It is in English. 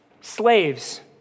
Slaves